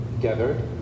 gathered